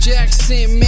Jackson